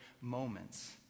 moments